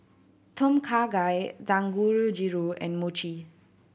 Tom Kha Gai and Mochi